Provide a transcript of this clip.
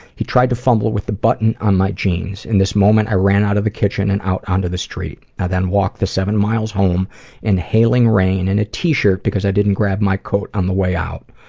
he tried to fumble with the button on my jeans. in this moment, i ran out of the kitchen and out onto the street. i then walked the seven miles home in hailing rain in a t-shirt because i didn't grab my coat on the way out.